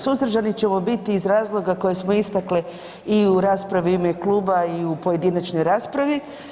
Suzdržani ćemo biti iz razloga koje smo istakle i u raspravi u ime kluba i u pojedinačnoj raspravi.